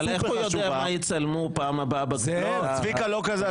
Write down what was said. אבל איך הוא יודע מה יצלמו בפעם הבאה --- צביקה לא כזה.